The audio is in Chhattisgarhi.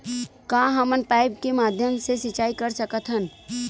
का हमन पाइप के माध्यम से सिंचाई कर सकथन?